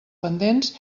pendents